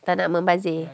tak nak membazir